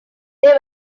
they